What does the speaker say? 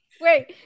wait